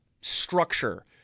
structure